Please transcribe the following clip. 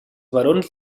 barons